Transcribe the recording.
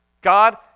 God